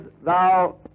thou